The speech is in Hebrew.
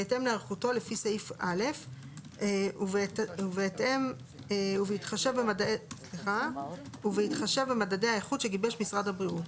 בהתאם להיערכותו לפי סעיף (א) ובהתחשב במדדי האיכות שגיבש משרד הבריאות,